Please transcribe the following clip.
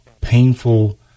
painful